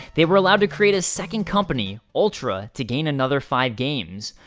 they were allowed to create a second company, ultra, to gain another five games.